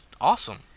Awesome